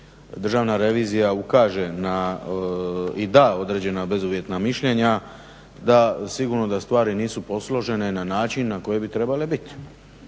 Državna revizija ukaže na i da određena bezuvjetna mišljenja da sigurno da stvari nisu posložene na način na koji bi trebale bit.